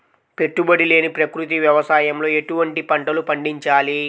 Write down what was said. పెట్టుబడి లేని ప్రకృతి వ్యవసాయంలో ఎటువంటి పంటలు పండించాలి?